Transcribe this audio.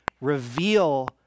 reveal